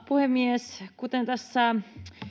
puhemies kuten tässä